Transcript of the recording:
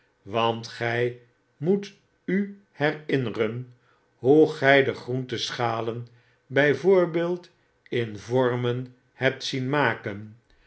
want gij raoet u herinneren hoe gy de groente schalen bij voorbeeld in vormen hebt zien maken